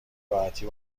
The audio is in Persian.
راحتی